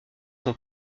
son